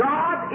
God